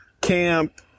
camp